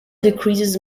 decreases